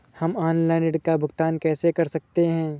हम ऑनलाइन ऋण का भुगतान कैसे कर सकते हैं?